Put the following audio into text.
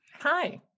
Hi